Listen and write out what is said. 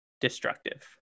destructive